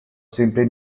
simply